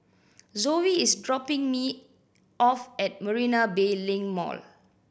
Zoey is dropping me off at Marina Bay Link Mall